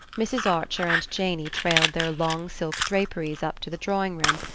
mrs. archer and janey trailed their long silk draperies up to the drawing-room,